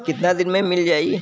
कितना दिन में मील जाई?